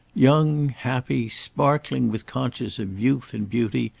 young, happy, sparkling with consciousness of youth and beauty,